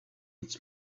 its